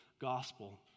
gospel